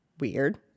Weird